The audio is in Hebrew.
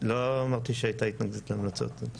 לא אמרתי שהייתה התנגדות להמלצות.